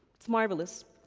it's marvelous.